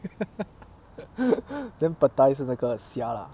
then pad thai 是那个虾 lah